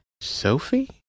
Sophie